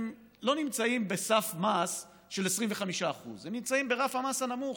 הם לא נמצאים בסף מס של 25%; הם נמצאים ברף המס הנמוך,